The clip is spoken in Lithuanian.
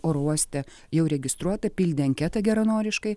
oro uoste jau registruota pildė anketą geranoriškai